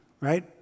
right